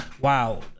wow